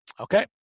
Okay